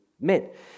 met